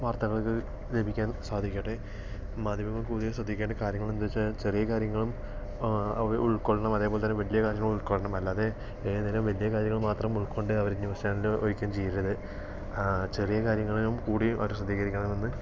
വാർത്തകൾക്ക് ലഭിക്കാൻ സാധിക്കട്ടെ മാധ്യമങ്ങൾ കൂടുതൽ ശ്രദ്ധിക്കേണ്ട കാര്യങ്ങളെന്തെന്ന് വച്ചാൽ ചെറിയ കാര്യങ്ങളും അവര് ഉൾക്കൊള്ളണം അതേപോലെത്തന്നെ വലിയ കാര്യങ്ങളും ഉൾക്കൊള്ളണം അല്ലാതെ ഏത് നേരം വലിയ കാര്യങ്ങൾ മാത്രം ഉൾക്കൊണ്ട് അവര് ന്യൂസ് ചാനൽ വെക്കുകയും ചെയ്യരുത് ചെറിയ കാര്യങ്ങളിലും കൂടി അവര് ശ്രദ്ധിക്കണമെന്ന്